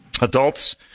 Adults